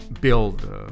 build